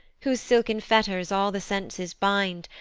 whose silken fetters all the senses bind,